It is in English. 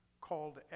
called